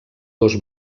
dos